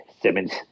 Simmons